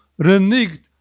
reneged